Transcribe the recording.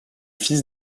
fils